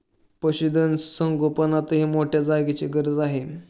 पशुधन संगोपनातही मोठ्या जागेची गरज आहे